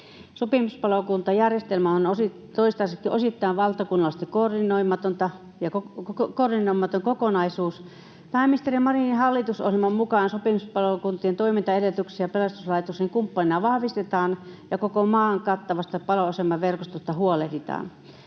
Sopimuspalokuntajärjestelmä on toistaiseksi osittain valtakunnallisesti koordinoimaton kokonaisuus. Pääministeri Marinin hallitusohjelman mukaan sopimuspalokuntien toimintaedellytyksiä pelastuslaitosten kumppanina vahvistetaan ja koko maan kattavasta paloasemaverkostosta huolehditaan.